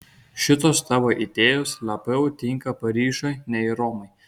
šitos tavo idėjos labiau tinka paryžiui nei romai